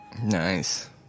Nice